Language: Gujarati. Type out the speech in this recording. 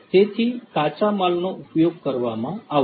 તેથી કાચા માલનો ઉપયોગ કરવામાં આવશે